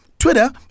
Twitter